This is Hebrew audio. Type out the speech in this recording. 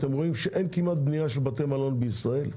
אתם רואים שאין כמעט בנייה של בתי מלון בישראל.